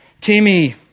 Timmy